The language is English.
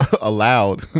Allowed